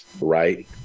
right